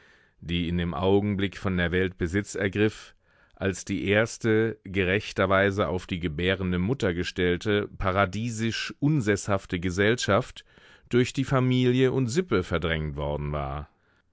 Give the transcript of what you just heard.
die in dem augenblick von der welt besitz ergriff als die erste gerechterweise auf die gebärende mutter gestellte paradiesisch unseßhafte gesellschaft durch die familie und sippe verdrängt worden war